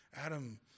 Adam